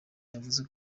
yavuze